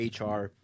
HR